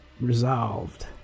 resolved